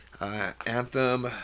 Anthem